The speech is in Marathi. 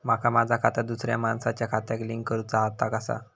माका माझा खाता दुसऱ्या मानसाच्या खात्याक लिंक करूचा हा ता कसा?